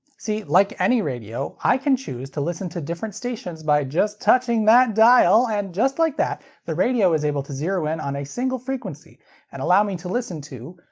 see, like any radio, i can choose to listen to different stations by just touching that dial, and just like that the radio is able to zero in on a single frequency and allow me to listen to,